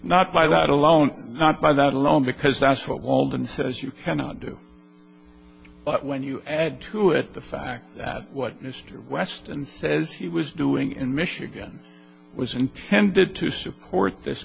not by that alone not by that alone because that's what walden says you cannot do but when you add to it the fact that what mr weston says he was doing in michigan was intended to support this